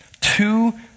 two